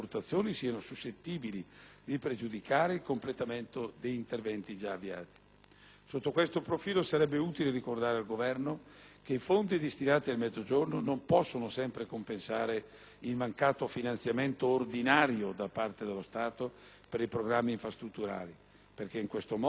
Sotto questo profilo, sarebbe utile ricordare al Governo che i fondi destinati al Mezzogiorno non possono sempre compensare il mancato finanziamento ordinario da parte dello Stato dei programmi infrastrutturali. In questo modo, infatti, i fondi FAS perderebbero la loro natura addizionale